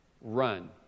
run